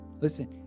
Listen